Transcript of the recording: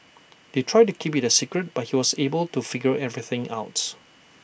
they tried to keep IT A secret but he was able to figure everything out